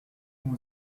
mon